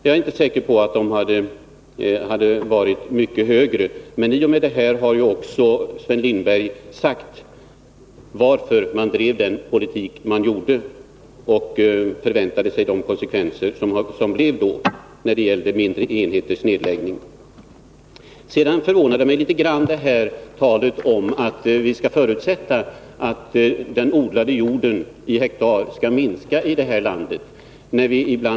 Jag är inte säker på att livsmedelskostnaderna skulle ha varit mycket högre. Sven Lindberg har emellertid med sitt uttalande förklarat varför man drev denna jordbrukspolitik. Han har också gett en förklaring med avseende på konsekvenserna efter nedläggandet av de här mindre jordbruksenheterna. Jag förvånas litet över talet om att vi skall förutsätta att den odlade jorden i hektar räknat skall minska i det här landet.